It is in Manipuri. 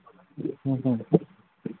ꯎꯝꯍꯨꯝ